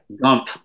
Gump